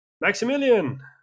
Maximilian